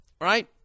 Right